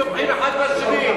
תן לו לסיים.